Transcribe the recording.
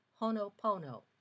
Honopono